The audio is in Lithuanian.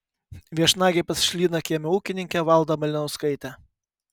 viešnagė pas šlynakiemio ūkininkę valdą malinauskaitę